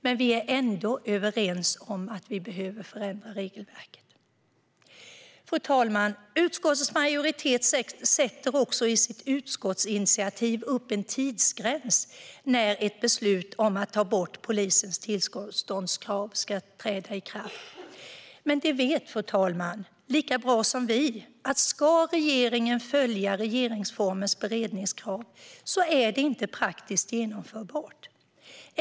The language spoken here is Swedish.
Men vi är ändå överens om att vi behöver förändra regelverket. Fru talman! Utskottets majoritet sätter också i sitt utskottsinitiativ upp en tidsgräns för när ett beslut om att ta bort polisens tillståndskrav ska träda i kraft. Men, fru talman, de vet lika väl som vi att om regeringen ska följa regeringsformens beredningskrav är detta inte praktiskt genomförbart.